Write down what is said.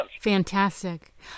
Fantastic